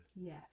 Yes